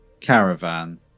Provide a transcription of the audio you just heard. caravan